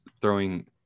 throwing